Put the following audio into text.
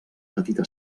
petita